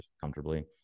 comfortably